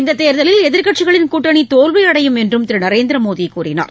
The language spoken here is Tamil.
இந்த தேர்தலில் எதிர்க்கட்சிகளின் கூட்டணி தோல்வியடையும் என்றும் திரு நரேந்திர மோடி கூறினார்